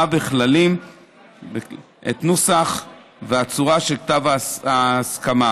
בכללים את הנוסח והצורה של כתב ההסכמה."